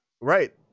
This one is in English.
Right